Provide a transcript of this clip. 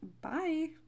Bye